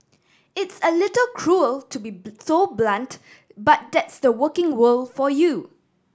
it's a little cruel to be so blunt but that's the working world for you